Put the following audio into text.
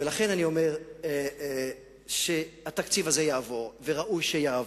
לכן אני אומר שהתקציב הזה יעבור, וראוי שיעבור,